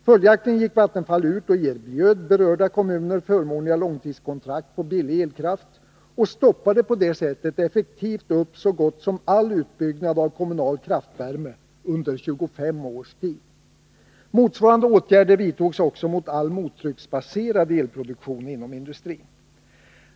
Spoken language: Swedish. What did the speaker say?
Följaktligen gick Vattenfall ut och erbjöd berörda kommuner förmånliga långtidskontrakt på billig elkraft och stoppade på det sättet effektivt så gott som all utbyggnad av kommunal kraftvärme under 25 år. Motsvarande åtgärder vidtogs också mot all mottrycksbaserad elproduktion inom industrin.